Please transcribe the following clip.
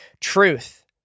truth